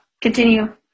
continue